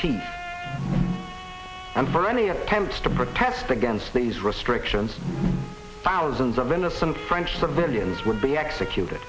and for any attempts to protest against these restrictions thousands of innocent french civilians would be executed